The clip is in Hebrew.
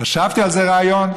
חשבתי על איזה רעיון,